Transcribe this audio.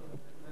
תודה רבה.